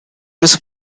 risk